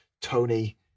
Tony